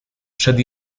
przed